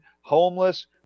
homeless